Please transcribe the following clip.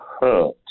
hurt